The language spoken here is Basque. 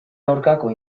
aurkako